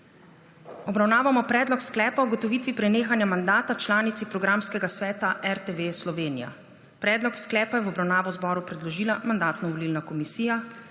Obravnavamo Predloga sklepa o ugotovitvi prenehanja mandata članici Programskega sveta RTV Slovenija. Predlog sklepa je v obravnavo Državnemu zboru predložila Mandatno-volilna komisija.